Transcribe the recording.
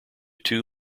two